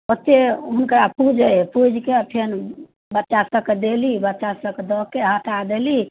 ओतेक हुनका पुजै हइ पुजिकऽ फेर बच्चासबके देली बच्चासबके दऽ कऽ हटा देली